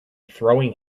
throwing